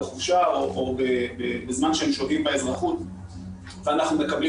בחופשה או בזמן שהם שוהים באזרחות ואנחנו מקבלים